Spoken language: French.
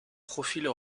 profils